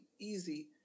easy